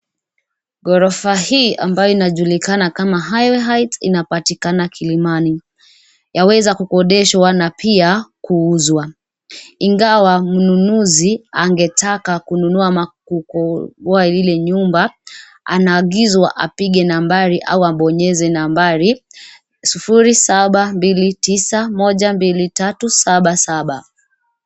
Ghorofa hii ambayo inajulikana kama Highway Height inapatikana Kilimani. Yaweza kukodeshwa na pia kuuzwa, ingawa mnunuzi angetaka kununua ama kukodoa ile nyumba, anagizwa apige nambari au abonyeze nambari; sufuri, saba, mbili, tisa, moja, mbili ,tatu, saba, saba.